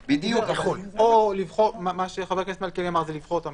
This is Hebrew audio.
מה שחבר הכנסת מלכיאלי אמר זה לבחור את המנתח,